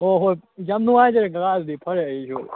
ꯑꯣ ꯍꯣꯏ ꯌꯥꯝ ꯅꯨꯡꯉꯥꯏꯖꯔꯦ ꯀꯀꯥ ꯑꯗꯨꯗꯤ ꯐꯔꯦ ꯑꯩꯁꯨ